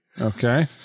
Okay